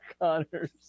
Connors